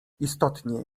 istotnie